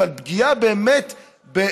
ועל פגיעה בגוף.